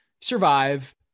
survive